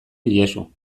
diezu